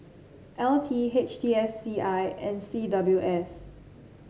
L T H T S C I and C W S